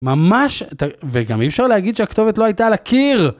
ממש, ו וגם אי אפשר להגיד שהכתובת לא הייתה על הקיר.